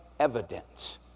evidence